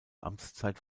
amtszeit